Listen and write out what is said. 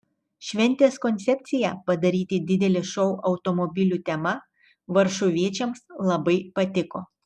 šventės koncepcija padaryti didelį šou automobilių tema varšuviečiams labai patiko